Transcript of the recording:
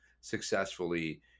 successfully